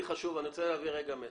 אני רוצה להעביר מסר.